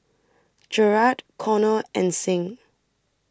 Jerrad Conner and Signe